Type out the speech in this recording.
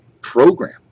program